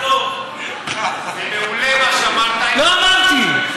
זה מעולה, מה שאמרת, לא אמרתי.